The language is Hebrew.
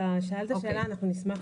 אתה שאלת שאלה ונשמח לענות עליה.